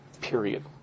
period